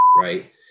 right